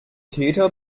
täter